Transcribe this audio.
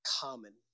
common